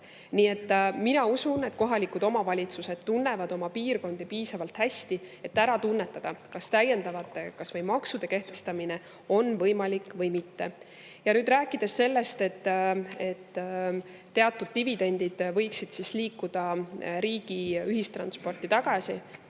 Nii et mina usun, et kohalikud omavalitsused tunnevad oma piirkondi piisavalt hästi, et ära tunnetada, kas täiendavate maksude kehtestamine on võimalik või mitte. Kui rääkida sellest, et teatud dividendid võiksid liikuda riigi ühistransporti tagasi,